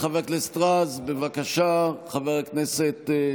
חבר הכנסת רז,